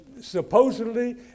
Supposedly